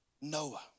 Noah